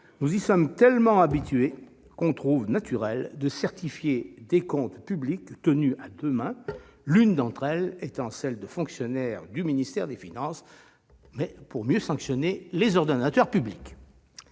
nous y sommes tellement habitués que nous trouvons naturel de faire certifier des comptes publics tenus à deux mains, l'une d'entre elles étant celle de fonctionnaires du ministère des finances, pour mieux sanctionner les ordonnateurs publics.